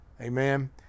Amen